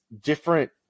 different